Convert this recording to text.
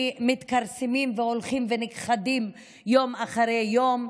שמתכרסמים והולכים ונכחדים יום אחרי יום.